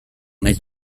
nahiz